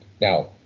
Now